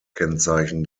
kennzeichen